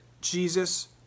Jesus